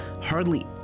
hardly